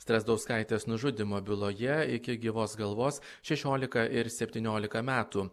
strazdauskaitės nužudymo byloje iki gyvos galvos šešiolika ir septyniolika metų